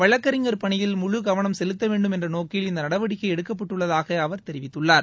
வழக்கறிஞர் பணியில் முழு கவனம் செலுத்தவேண்டும் என்ற நோக்கில் இந்த நடவடிக்கை எடுக்கப்பட்டுள்ளதாக அவர் தெரிவித்துள்ளார்